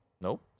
Nope